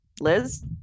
Liz